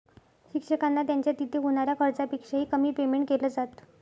शिक्षकांना त्यांच्या तिथे होणाऱ्या खर्चापेक्षा ही, कमी पेमेंट केलं जात